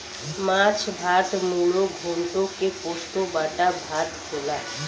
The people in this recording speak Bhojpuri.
माछ भात मुडो घोन्टो के पोस्तो बाटा भात होला